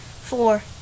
Four